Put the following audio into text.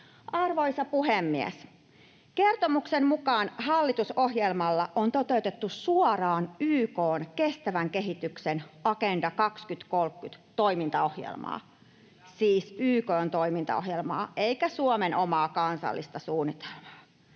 Arvoisa puhemies! Kertomuksen mukaan hallitusohjelmalla on toteutettu suoraan YK:n kestävän kehityksen Agenda 2030 -toimintaohjelmaa — siis YK:n toimintaohjelmaa eikä Suomen omaa kansallista suunnitelmaa.